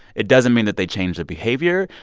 it doesn't mean that they change the behavior.